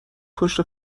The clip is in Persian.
پشت